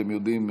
שר האוצר פה.